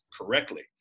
correctly